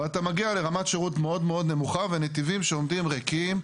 ואתה מגיע לרמת שירות מאוד מאוד נמוכה ונתיבים שעומדים ריקים,